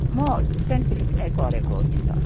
म सेन्ट फिलिमिनै पढेको हो नि त